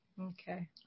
Okay